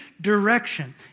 direction